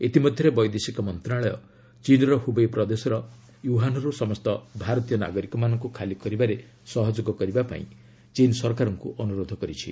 ଇତିମଧ୍ୟରେ ବୈଦେଶିକ ମନ୍ତ୍ରଣାଳୟ ଚୀନ୍ର ହୁବେଇ ପ୍ରଦେଶର ଓ୍ୱହାନ୍ ରୁ ସମସ୍ତ ଭାରତୀୟ ନାଗରିକମାନଙ୍କ ଖାଲି କରିବାରେ ସହଯୋଗ କରିବାପାଇଁ ଚୀନ୍ ସରକାରଙ୍କୁ ଅନୁରୋଧ କରିଛି